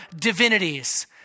divinities